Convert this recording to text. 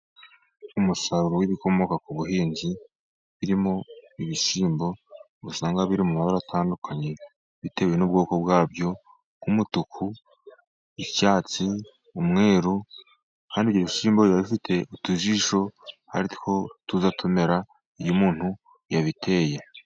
Umusaruro w’ibikomoka ku buhinzi birimo ibishyimbo, usanga biri mu mabara atandukanye bitewe n’ubwoko bwabyo: nk’umutuku, icyatsi, umweru. Kandi ibyo bishyimbo biba bifite utujisho ari two tujya tumera iyo umuntu yabiteye.